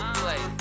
play